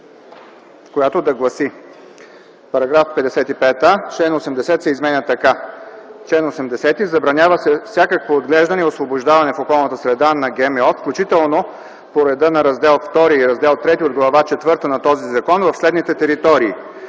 която да гласи: „§ 55а. Член 80 се изменя така: „Чл. 80. Забранява се всякакво отглеждане и освобождаване в околната среда на ГМО, включително по реда на Раздел ІІ и Раздел ІІІ от Глава четвърта на този закон в следните територии: